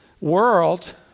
world